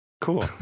cool